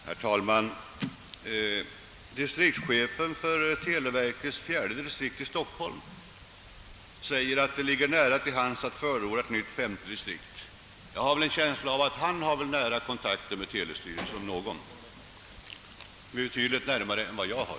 Herr talman! Distriktschefen för fjärde distriktet i Stockholm säger att det ligger nära till hands att förorda ett femte distrikt, och han har väl nära kontakt med telestyrelsen, betydligt närmare än vad jag har.